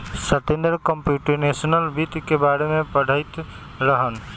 Satender computational वित्त के बारे में पढ़ईत रहन